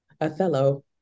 Othello